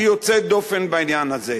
היא יוצאת דופן בעניין הזה.